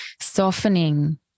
softening